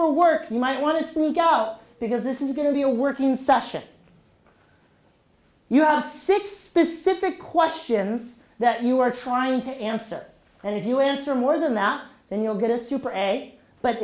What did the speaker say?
o work you might want to sneak out because this is going to be a working session you have six specific questions that you are trying to answer and if you answer more than that then you'll get a super